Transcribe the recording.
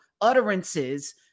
utterances